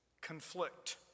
conflict